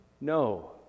No